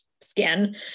skin